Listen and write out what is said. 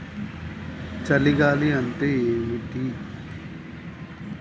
చలి గాలి అంటే ఏమిటి?